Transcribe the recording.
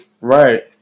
Right